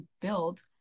build